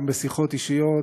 גם בשיחות אישיות,